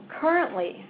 currently